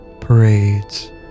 Parades